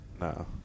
No